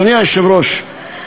אדוני היושב-ראש,